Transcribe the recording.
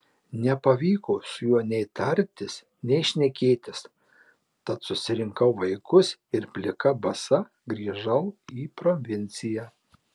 nepavyko su juo nei tartis nei šnekėtis tad susirinkau vaikus ir plika basa grįžau į provinciją